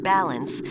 Balance